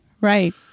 Right